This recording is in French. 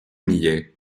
millet